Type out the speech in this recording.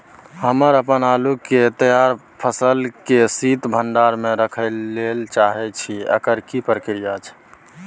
हम अपन आलू के तैयार फसल के शीत भंडार में रखै लेल चाहे छी, एकर की प्रक्रिया छै?